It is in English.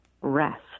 rest